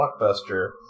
Blockbuster